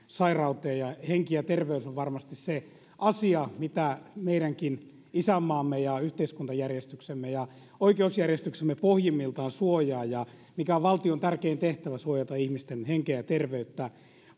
sairauteen henki ja terveys on varmasti se asia mitä meidänkin isänmaamme ja yhteiskuntajärjestyksemme ja oikeusjärjestyksemme pohjimmiltaan suojaavat ja mikä on valtion tärkein tehtävä suojata ihmisten henkeä ja terveyttä